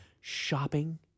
shopping